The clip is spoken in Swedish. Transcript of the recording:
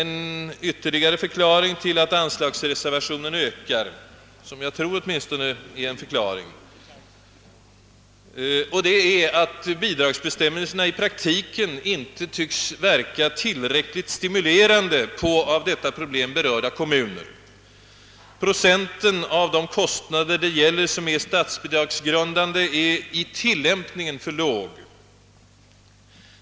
Ytterligare en förklaring till att reservationen på anslaget ökar torde vara att bidragsbestämmelserna i praktiken inte verkar tillräckligt stimulerande på kommuner som berörs av detta problem. Procenten av de kostnader som är statsbidragsgrundande är tydligen i tillämpningen för låg.